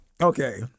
okay